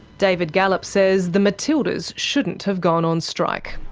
david gallop says the matildas shouldn't have gone on strike.